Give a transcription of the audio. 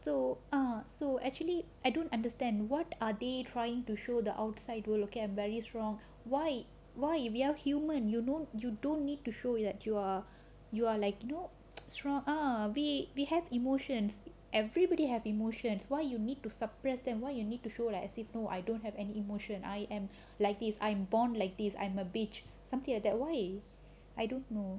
so err so actually I don't understand what are they trying to show the outside world okay I'm very strong why why we are human and you know you don't need to show that you are you are like you know strong ah we have emotions everybody have emotions why you need to suppress them why you need to show like I say no I don't have any emotion I am likely is I'm born like this I'm a bitch something like that why I don't know